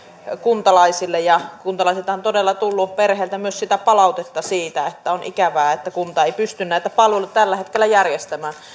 kuntalaisille ja kuntalaisiltahan on todella tullut perheiltä myös sitä palautetta siitä että on ikävää että kunta ei pysty näitä palveluita tällä hetkellä järjestämään